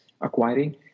acquiring